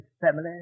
family